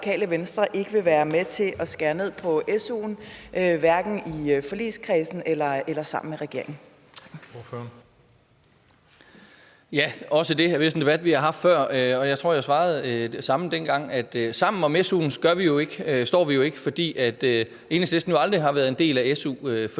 Ja, også det er vist en debat, vi har haft før, og jeg tror, jeg svarede det samme dengang, nemlig at sammen om SU'en står vi jo ikke, for Enhedslisten har jo aldrig været en del af SU-forligskredsen